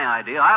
idea